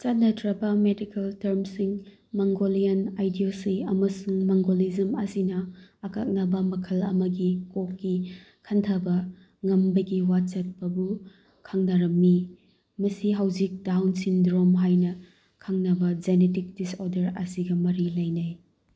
ꯆꯠꯅꯗ꯭ꯔꯕ medical ꯇꯥꯔꯝꯁꯤꯡ Mongolian idiocy ꯑꯃꯁꯨꯡ mongolism ꯑꯁꯤꯅ ꯑꯀꯛꯅꯕ ꯃꯈꯜ ꯑꯃꯒꯤ ꯀꯣꯛꯀꯤ ꯈꯟꯊꯕ ꯉꯝꯕꯒꯤ ꯋꯥꯁꯛꯄꯕꯨ ꯈꯪꯅꯔꯝꯃꯤ ꯃꯁꯤ ꯍꯧꯖꯤꯛ ꯗꯥꯎꯟ ꯁꯤꯟꯗ꯭ꯔꯣꯝ ꯍꯥꯏꯅ ꯈꯪꯅꯕ ꯖꯦꯅꯤꯇꯤꯛ ꯗꯤꯁꯑꯣꯗꯔ ꯑꯁꯤꯒ ꯃꯔꯤ ꯂꯩꯅꯩ